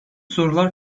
sorular